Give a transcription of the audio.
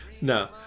No